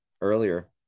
earlier